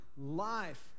life